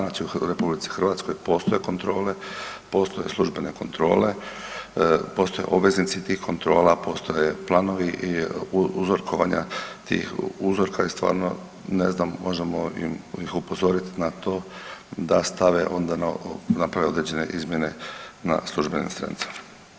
Znači u RH postoje kontrole, postoje službene kontrole, postoje obveznici tih kontrola, postoje planovi uzorkovanja tih uzorka i stvarno ne znam možemo ih upozoriti na to da stave onda, naprave određene izmjene na službenim stranicama.